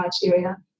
criteria